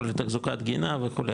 כולל תחזוקת גינה וכו',